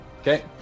Okay